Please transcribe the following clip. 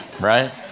Right